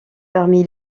parmi